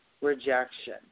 rejection